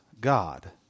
God